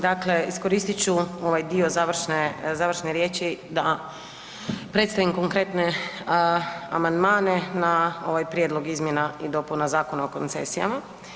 Dakle, iskoristi ću ovaj dio završne riječi da predstavim konkretne amandmane na ovaj prijedlog izmjena i dopuna Zakona o koncesijama.